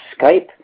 Skype